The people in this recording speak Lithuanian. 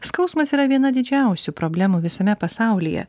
skausmas yra viena didžiausių problemų visame pasaulyje